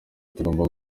tugomba